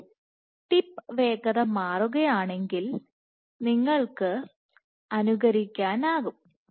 അപ്പോൾ ടിപ്പ് വേഗത മാറ്റുകയാണെങ്കിൽ നിങ്ങൾക്ക് അനുകരിക്കാനാകും